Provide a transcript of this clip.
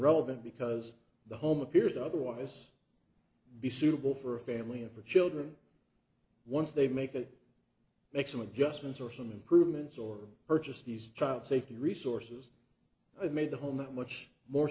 because the home appears otherwise be suitable for a family and for children once they make it make some adjustments or some improvements or purchase these child safety resources i made the home that much more